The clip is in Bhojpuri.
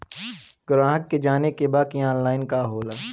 ग्राहक के जाने के बा की ऑनलाइन का होला?